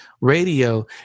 radio